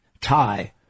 tie